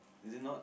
is it not